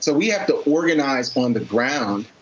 so we have to organize on the ground.